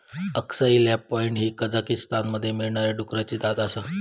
अक्साई black pied ही कझाकीस्तानमध्ये मिळणारी डुकराची जात आसा